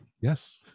Yes